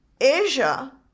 Asia